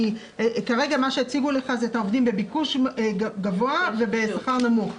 כרגע מה שהציבו לך זה את העובדים בביקוש גבוה ובשכר נמוך.